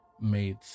Made